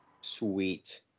Sweet